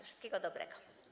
Wszystkiego dobrego.